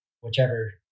whichever